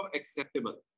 acceptable